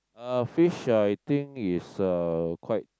uh fish I think is quite